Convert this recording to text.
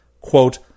Quote